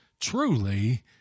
truly